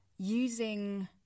using